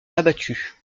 abattue